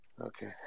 okay